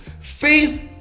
faith